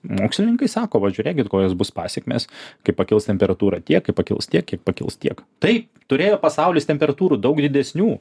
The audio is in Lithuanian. mokslininkai sako va žiūrėkit kokios bus pasekmės kai pakils temperatūra tiek kai pakils tiek kai pakils tiek tai turėjo pasaulis temperatūrų daug didesnių